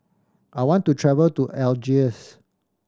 I want to travel to Algiers